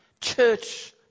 church